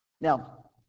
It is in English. Now